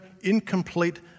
incomplete